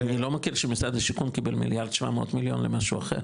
אני לא מכיר שמשרד השיכון קיבל 1.700 מיליארד למשהו אחר,